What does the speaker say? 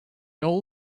all